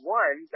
one